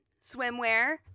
swimwear